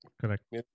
Correct